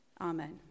Amen